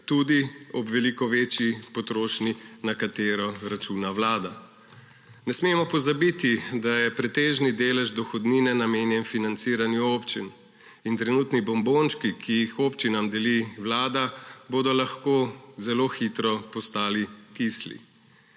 tudi ob veliko večji potrošnji, na katero računa Vlada. Ne smemo pozabiti, da je pretežni delež dohodnine namenjen financiranju občin. In trenutni bombončki, ki jih občinam deli Vlada, bodo lahko zelo hitro postali kisli.